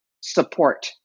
support